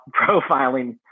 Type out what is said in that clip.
profiling